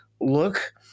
look